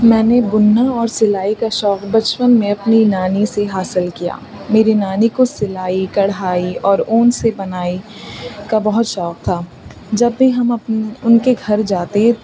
میں نے بننا اور سلائی کا شوق بچپن میں اپنی نانی سے حاصل کیا میری نانی کو سلائی کڑھائی اور اون سے بنائی کا بہت شوق تھا جب بھی ہم اپ ان کے گھر جاتے